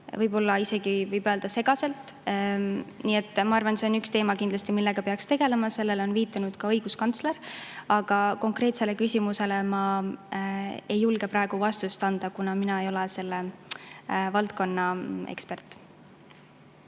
võib-olla, isegi võib öelda, segaselt. Nii et ma arvan, et see on kindlasti üks teema, millega peaks tegelema, sellele on viidanud ka õiguskantsler. Aga konkreetsele küsimusele ma ei julge praegu vastust anda, kuna mina ei ole selle valdkonna ekspert.